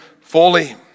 fully